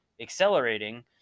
accelerating